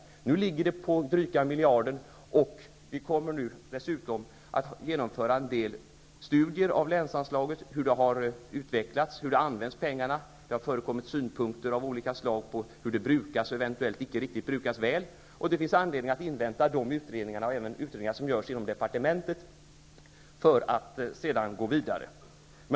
Nu ligger anslaget på dryga miljarden, och vi kommer dessutom att genomföra en del studier av hur länsanslaget har använts. Synpunkter av olika slag har framkommit om att det har brukats väl och att det har brukats mindre väl. Det finns anledning att invänta resultaten av dessa utredningar och även resultaten av utredningarna som görs inom departementet för att därefter gå vidare.